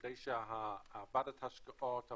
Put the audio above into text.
כדי שוועדת ההשקעות,